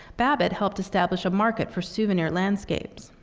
babbitt helped establish a market for souvenir landscapes.